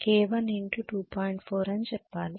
4 అని చెప్పాలి